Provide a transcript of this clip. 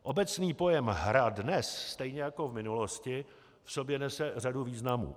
Obecný pojem hra dnes stejně jako v minulosti v sobě nese řadu významů.